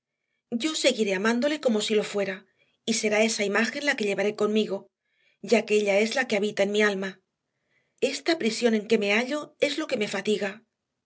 yo seguiré amándole como si lo fuera y será esa imagen la que llevaré conmigo ya que ella es la que habita en mi alma esta prisión en que me hallo es lo que me fatiga